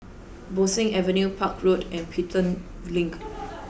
Bo Seng Avenue Park Road and Pelton Link